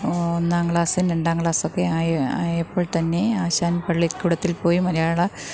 ഒന്നാം ക്ലാസ്സ് രണ്ടാം ക്ലാസൊക്കെ ആയി ആയപ്പോള് തന്നെ ആശാന് പള്ളിക്കൂടത്തില് പോയി മലയാളം